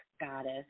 goddess